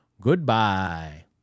Goodbye